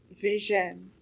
vision